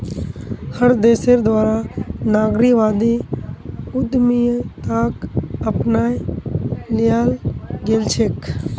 हर देशेर द्वारा नारीवादी उद्यमिताक अपनाए लियाल गेलछेक